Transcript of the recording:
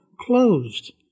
closed